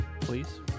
Please